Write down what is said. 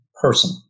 person